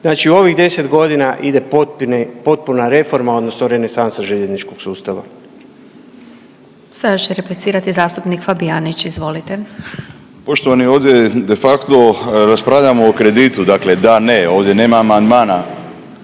Znači u ovih 10 godina ide potpuna reforma odnosno renesansa željezničkog sustava. **Glasovac, Sabina (SDP)** Sada će replicirati zastupnik Fabijanić, izvolite. **Fabijanić, Erik (Nezavisni)** Poštovani, ovdje de facto raspravljamo o kreditu, dakle da/ne, ovdje nema amandmana,